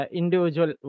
individual